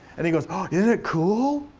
and he goes ah isn't it cool?